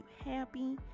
happy